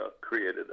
created